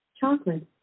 Chocolate